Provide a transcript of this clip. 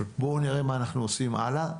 אבל בואו נראה מה אנחנו עושים הלאה.